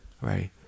Right